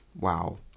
wow